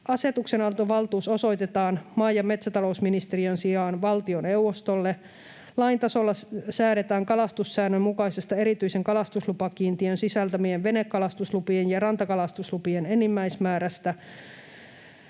Asetuksenantovaltuus osoitetaan maa‑ ja metsätalousministeriön sijaan valtioneuvostolle. Lain tasolla säädetään kalastussäännön mukaisesta erityisen kalastuslupakiintiön sisältämien venekalastuslupien ja rantakalastuslupien enimmäismäärästä,